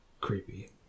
creepy